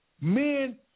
men